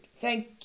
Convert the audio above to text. Thank